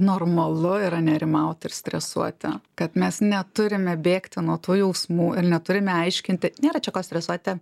normalu yra nerimauti ir stresuoti kad mes neturime bėgti nuo tų jausmų ir neturime aiškinti nėra čia ko stresuoti